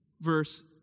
verse